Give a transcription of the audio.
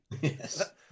yes